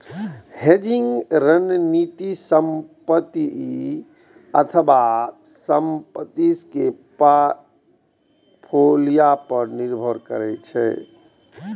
hedging रणनीति संपत्ति अथवा संपत्ति के पोर्टफोलियो पर निर्भर करै छै